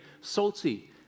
salty